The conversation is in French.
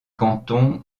canton